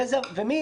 גזע ומין